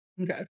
Okay